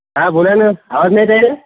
हां बोला ना आवाज नाही येतं आहे